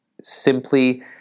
simply